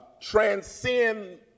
transcend